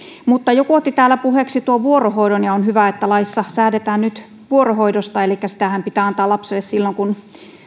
mutta joku otti täällä puheeksi tuon vuorohoidon ja on hyvä että laissa säädetään nyt vuorohoidosta sitähän pitää antaa lapselle silloin kun